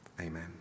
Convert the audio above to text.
Amen